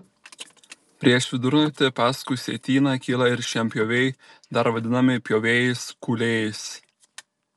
prieš vidurnaktį paskui sietyną kyla ir šienpjoviai dar vadinami pjovėjais kūlėjais